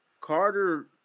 Carter